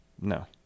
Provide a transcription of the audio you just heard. No